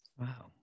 Wow